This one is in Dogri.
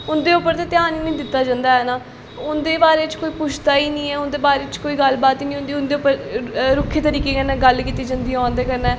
उं'दे पर ते ध्यान गै निं दित्ता जंदा ऐ नां उं'दै बारे च कोई पुछदा गै निं ऐ उं'दे बारे च कोई गल्ल बात गै निं होंदी उं'दे पर रुक्खे तरीके कन्नैं गल्ल कीती जंदी ऐ उं'दे कन्नै